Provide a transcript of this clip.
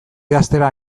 idaztera